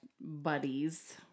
buddies